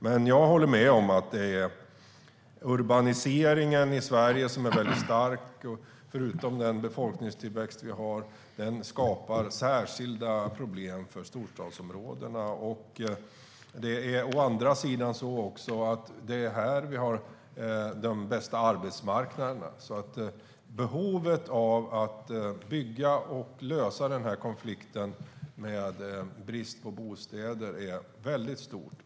Men jag håller med om att urbaniseringen i Sverige är väldigt stark och att det, förutom den befolkningstillväxt vi har, skapar särskilda problem för storstadsområdena. Det är också så att det är i storstäderna de bästa arbetsmarknaderna finns, så behovet av att bygga och lösa konflikten med brist på bostäder är väldigt stort.